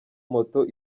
moto